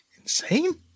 insane